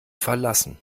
verlassen